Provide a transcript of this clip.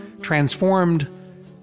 transformed